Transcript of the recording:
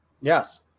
Yes